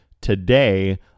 today